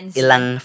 ilang